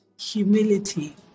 humility